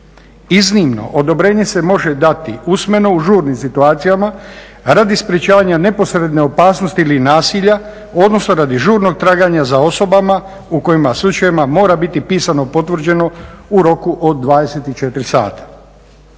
Iznimno odobrenje se može dati usmeno u žurnim situacijama radi sprječavanja neposredne opasnosti ili nasilja, odnosno radi žurnog traganja za osobama u kojim slučajevima mora biti pisano potvrđeno u roku od 24 sata.